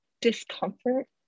discomfort